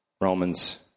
Romans